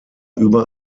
über